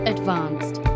Advanced